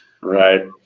right